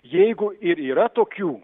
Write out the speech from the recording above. jeigu ir yra tokių